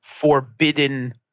forbidden